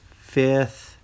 fifth